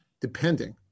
depending